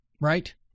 right